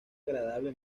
agradable